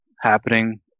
happening